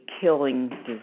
killing